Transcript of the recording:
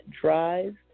Drive